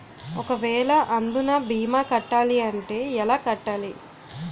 ఒక వేల అందునా భీమా కట్టాలి అంటే ఎలా కట్టాలి?